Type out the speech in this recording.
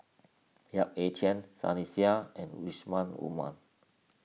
Yap Ee Chian Sunny Sia and Yusman Aman